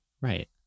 right